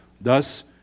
Thus